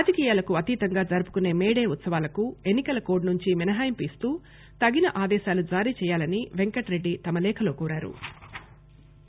రాజకీయాలకు అతీతంగా జరుపుకునే మేడే ఉత్సవాలకు ఎన్ని కల కోడ్ నుండి మినహాయింపు ఇస్తూ తగిన ఆదేశాలు జారీచేయాలని పెంకటరెడ్డి తమ లేఖలో కోరారు